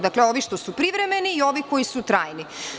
Dakle, ovi što su privremeni i ovi koji su trajni.